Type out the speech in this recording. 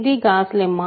ఇది Gauss lemma